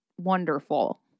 wonderful